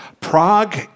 Prague